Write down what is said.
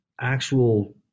actual